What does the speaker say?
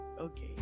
Okay